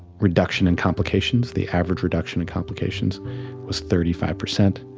reduction in complications. the average reduction in complications was thirty five percent.